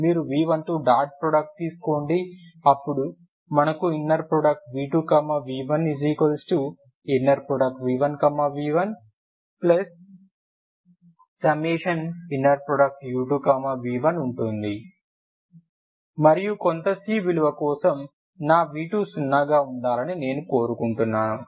మీరు v1తో dot product తీసుకోండి అప్పుడు మనకు v2v1 v1v1cu2v1 ఉంటుంది మరియు కొంత c విలువ కోసం నా v2సున్నాగా ఉండాలని నేను కోరుకుంటున్నాను